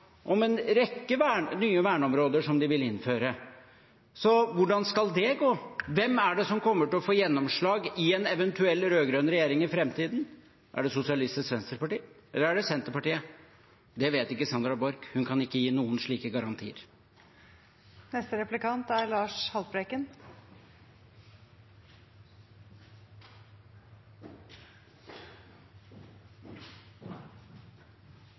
om en rekke nye verneområder som de vil innføre. Så hvordan skal det gå? Hvem er det som kommer til å få gjennomslag i en eventuell rød-grønn regjering i framtiden? Er det Sosialistisk Venstreparti, eller er det Senterpartiet? Det vet ikke Sandra Borch. Hun kan ikke gi noen slike garantier. Representanten Heggelund sa i replikkordskiftet at det framlagte budsjettet er